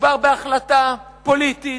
מדובר בהחלטה פוליטית,